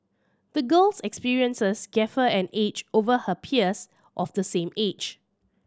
the girl's experiences gave her an edge over her peers of the same age